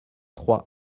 trois